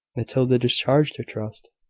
matilda discharged her trust.